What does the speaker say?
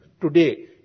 today